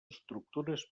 estructures